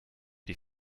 die